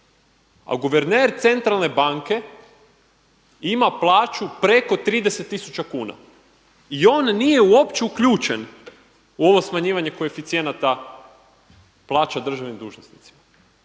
a guverner Centralne banke ima plaću preko 30000 kuna i on nije uopće uključen u ovo smanjivanje koeficijenata plaća državnim dužnosnicima.